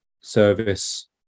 service